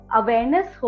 awareness